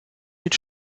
mit